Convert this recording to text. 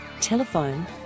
Telephone